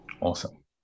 Awesome